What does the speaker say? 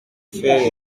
fait